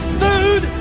food